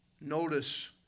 Notice